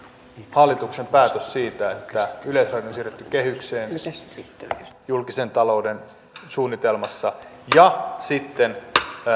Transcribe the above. hallituksen päätös siitä että yleisradio on siirretty kehykseen julkisen talouden suunnitelmassa ja sitten